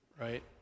right